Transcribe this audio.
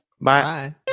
Bye